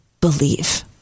believe